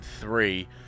three